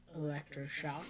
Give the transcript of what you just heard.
electroshock